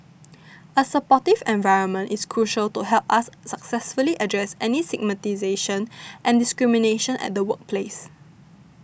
a supportive environment is crucial to help us successfully address any stigmatisation and discrimination at the workplace